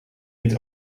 niet